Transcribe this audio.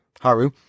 haru